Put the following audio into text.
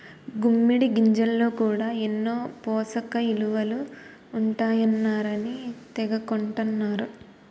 గుమ్మిడి గింజల్లో కూడా ఎన్నో పోసకయిలువలు ఉంటాయన్నారని తెగ కొంటన్నరు